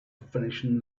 finishing